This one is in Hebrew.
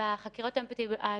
ההדבקה ומערך החקירות האפידמיולוגיות.